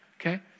okay